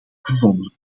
gevonden